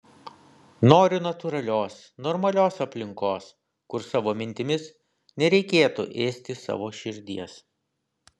noriu natūralios normalios aplinkos kur savo mintimis nereikėtų ėsti savo širdies